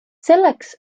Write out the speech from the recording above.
selleks